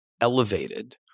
elevated